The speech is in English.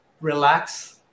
relax